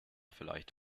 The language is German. vielleicht